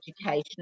education